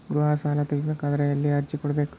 ಗೃಹ ಸಾಲಾ ತಗಿ ಬೇಕಾದರ ಎಲ್ಲಿ ಅರ್ಜಿ ಕೊಡಬೇಕು?